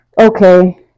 Okay